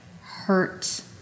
hurt